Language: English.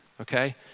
okay